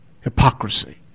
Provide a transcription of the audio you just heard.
hypocrisy